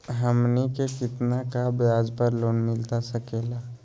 हमनी के कितना का ब्याज पर लोन मिलता सकेला?